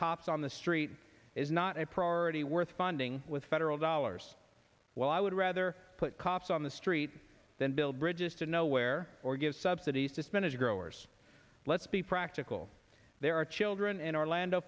cops on the street is not a priority worth funding with federal dollars well i would rather put cops on the street than build bridges to nowhere or give subsidies to spanish growers let's be practical there are children in orlando